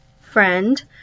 friend